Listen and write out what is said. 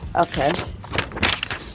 Okay